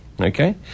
Okay